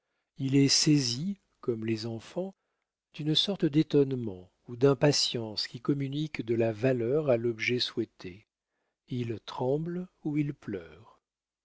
il est saisi comme les enfants d'une sorte d'étonnement ou d'impatience qui communique de la valeur à l'objet souhaité il tremble ou il pleure